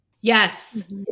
Yes